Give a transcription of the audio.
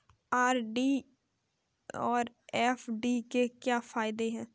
RD और FD के क्या फायदे हैं?